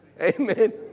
Amen